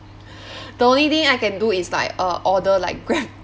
the only thing I can do is like uh order like grab